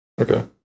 Okay